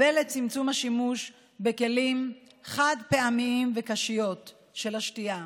ולצמצום השימוש בכלים חד-פעמיים וקשיות של שתייה.